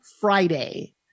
Friday